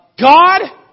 God